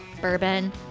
bourbon